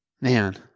man